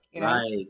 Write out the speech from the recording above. Right